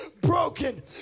broken